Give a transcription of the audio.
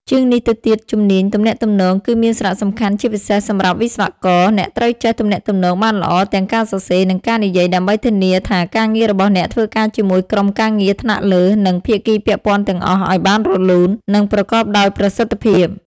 ជាងនេះទៅទៀតជំនាញទំនាក់ទំនង គឺមានសារៈសំខាន់ជាពិសេសសម្រាប់វិស្វករ អ្នកត្រូវចេះទំនាក់ទំនងបានល្អទាំងការសរសេរ និងការនិយាយដើម្បីធានាថាការងាររបស់អ្នកធ្វើការជាមួយក្រុមការងារថ្នាក់លើ និងភាគីពាក់ព័ន្ធទាំងអស់ឲ្យបានរលូន និងប្រកបដោយប្រសិទ្ធភាព។